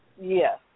Yes